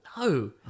No